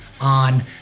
on